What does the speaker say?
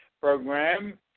program